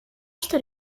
что